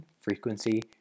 frequency